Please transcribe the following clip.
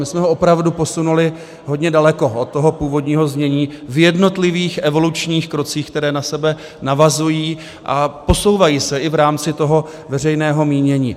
My jsme ho opravdu posunuli hodně daleko od toho původního znění v jednotlivých evolučních krocích, které na sebe navazují a posouvají se i v rámci toho veřejného mínění.